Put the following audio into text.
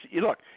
look